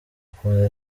akunda